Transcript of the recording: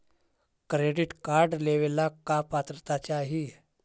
Credit card लेवेला का पात्रता चाही?